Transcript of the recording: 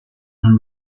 and